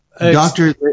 Doctor